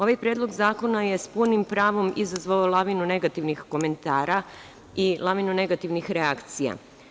Ovaj predlog zakona je sa punim pravom izazvao lavinu negativnih komentara i lavinu negativnih reakcija.